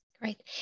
Great